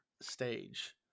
stage